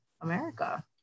America